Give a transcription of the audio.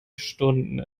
stunden